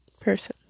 person